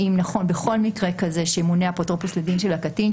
האם נכון בכל מקרה כזה שימונה אפוטרופוס לדין של הקטין,